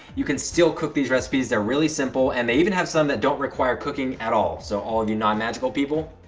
you can still cook these recipes. they're really simple, and they even have some that don't require cooking at all. so, all of you, none magical people,